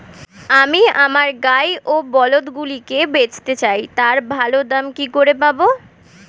আমি আমার গাই ও বলদগুলিকে বেঁচতে চাই, তার ভালো দাম কি করে পাবো?